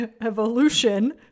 evolution